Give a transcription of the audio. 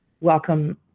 welcome